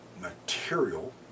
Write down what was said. material